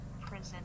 prison